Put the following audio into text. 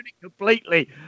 completely